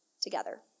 together